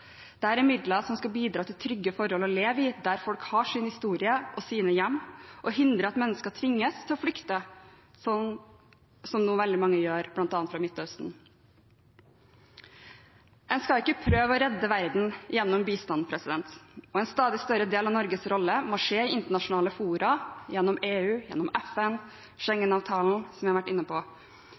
er midler som skal bidra til trygge forhold å leve i der folk har sin historie og sine hjem, og hindre at mennesker tvinges til å flykte, sånn som nå veldig mange gjør, bl.a. fra Midtøsten. En skal ikke prøve å redde verden gjennom bistand. En stadig større del av Norges rolle må skje i internasjonale fora, gjennom EU, gjennom FN, gjennom Schengen-avtalen, som vi har vært inne på,